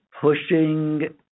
pushing